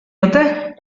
ote